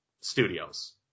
Studios